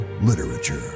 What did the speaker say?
literature